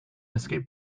escaped